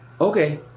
Okay